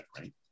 right